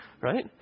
Right